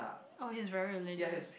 oh he's very religious